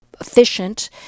efficient